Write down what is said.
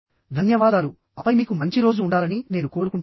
ధన్యవాదాలుఆపై మీకు మంచి రోజు ఉండాలని నేను కోరుకుంటున్నాను